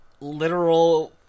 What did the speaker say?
literal